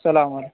السّلام علیکم